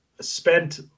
spent